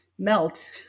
melt